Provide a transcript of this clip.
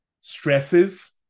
stresses